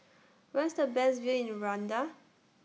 Where IS The Best View in Rwanda